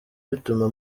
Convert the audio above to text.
bituma